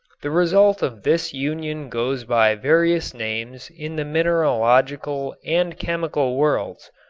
the result of this union goes by various names in the mineralogical and chemical worlds,